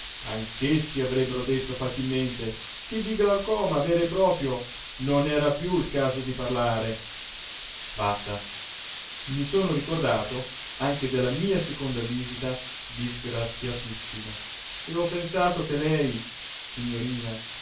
anch'essi avrebbero detto facilmente che di glaucoma vero e proprio non era più il caso di parlare asta i sono ricordato anche della mia seconda visita disgraziatissima e ho pensato che lei signorina